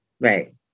Right